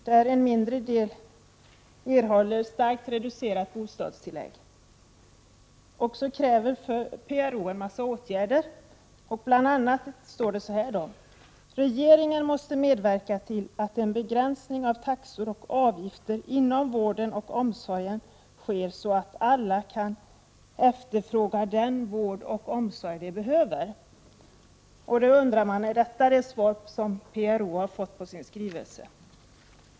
där en mindre del erhåller ett starkt reducerat bostadstillägg ———.” PRO kräver en mängd åtgärder. Det står bl.a. följande: ”Regeringen måste medverka till att en begränsning av taxor och avgifter inom vården och omsorgen sker så att alla kan efterfråga den vård och omsorg de är i behov av.” Man undrar om detta är det svar som PRO har fått på sin skrivelse.